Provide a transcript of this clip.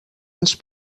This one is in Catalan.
ens